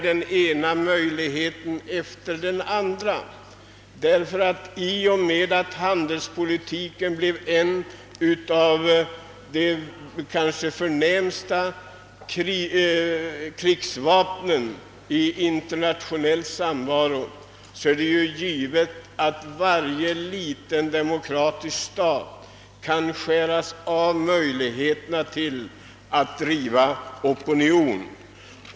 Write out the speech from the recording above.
Den ena möjligheten efter den andra avskärs. I och med att handelspolitiken blir en av de förnämsta faktorerna i internationell samvaro — ett av de förnämsta vapnen i arsenalen — kan varje liten demokrati berövas möjligheterna att driva opinion.